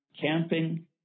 camping